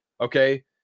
okay